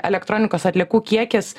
elektronikos atliekų kiekis